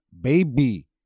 Baby